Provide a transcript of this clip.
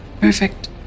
Perfect